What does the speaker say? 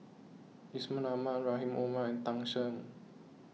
Yusman Aman Rahim Omar and Tan Shen